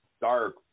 dark